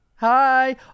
Hi